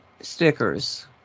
stickers